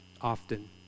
often